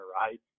right